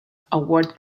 award